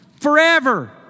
Forever